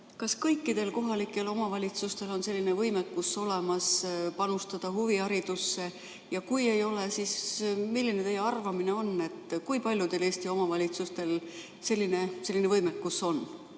kas kõikidel kohalikel omavalitsustel on olemas selline võimekus panustada huviharidusse. Kui ei ole, siis milline teie arvamine on, kui paljudel Eesti omavalitsustel selline võimekus on?